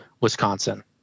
Wisconsin